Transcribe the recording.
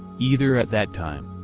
either at that time,